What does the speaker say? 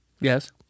Yes